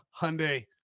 Hyundai